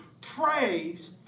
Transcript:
Praise